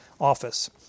office